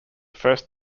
first